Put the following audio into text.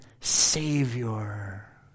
savior